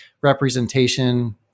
representation